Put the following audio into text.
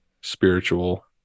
spiritual